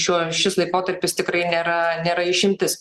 šiuo šis laikotarpis tikrai nėra nėra išimtis